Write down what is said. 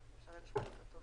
ופתוחות.